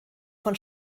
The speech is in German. von